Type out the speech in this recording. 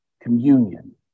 communion